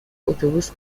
اتوبوس